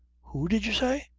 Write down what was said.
who, did you say?